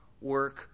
work